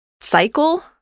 cycle